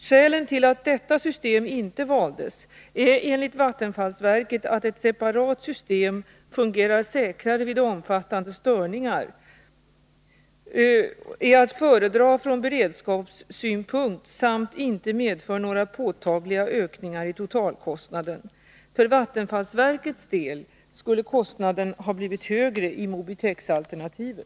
Skälen till att detta system inte valdes är enligt vattenfallsverket att ett separat system fungerar säkrare vid omfattande störningar, är att föredra från beredskapssynpunkt samt inte medför några påtagliga ökningar i totalkostnaden. För vattenfallsverkets del skulle kostnaden ha blivit högre i Mobitexalternativet.